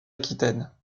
aquitaine